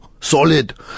solid